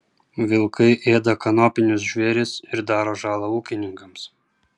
vilkai ėda kanopinius žvėris ir daro žalą ūkininkams